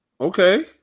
okay